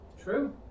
True